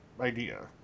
idea